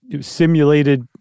simulated